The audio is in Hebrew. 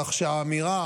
כך שאמירה